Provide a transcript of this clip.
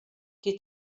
qui